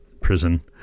prison